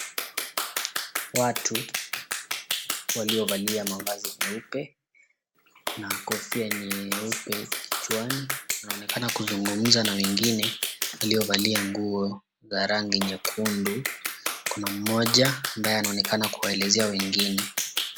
Watu walio valia mavazi meupe na kofia nyeupe wanaonekana kuongea na watu walio vaa nguo nyekundu kuna mmoja ambaye anaonekana kuwaelezea wengine.